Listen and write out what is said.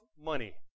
money